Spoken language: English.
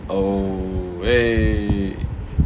oh eh